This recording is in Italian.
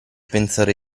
pensare